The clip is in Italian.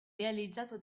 realizzato